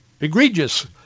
egregious